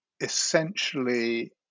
essentially